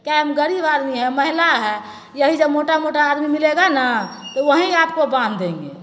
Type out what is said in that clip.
क्या हम गरीब आदमी हैं महिला हैं यही जब मोटा मोटा आदमी मिलेगा ना तो वहीं आपको बान्ह देंगे